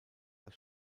das